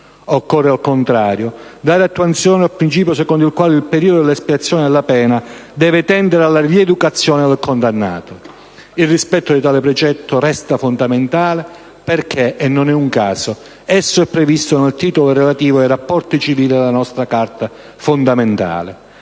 Occorre, al contrario, dare attuazione al principio secondo il quale il periodo della espiazione della pena deve tendere alla rieducazione del condannato. Il rispetto di tale precetto resta fondamentale perché, e non è un caso, esso è previsto nel Titolo relativo ai rapporti civili della nostra Carta fondamentale.